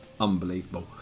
unbelievable